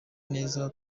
neza